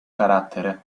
carattere